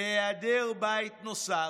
בהיעדר בית נוסף,